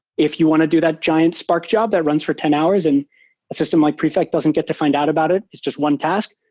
if you want to do that giant spark job that runs for ten hours and a system like prefect doesn't get to find out about it, it's just one task.